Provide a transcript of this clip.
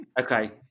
Okay